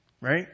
right